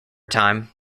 time